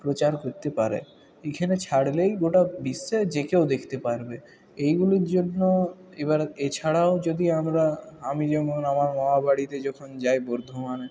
প্রচার করতে পারে এইখানে ছাড়লেই গোটা বিশ্বের যে কেউ দেখতে পারবে এইগুলির জন্য এবার এছাড়াও যদি আমরা আমি যেমন আমার মামাবাড়িতে যখন যাই বর্ধমানে